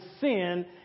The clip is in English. sin